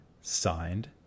signed